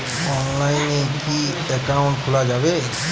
অনলাইনে কি অ্যাকাউন্ট খোলা যাবে?